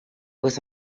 was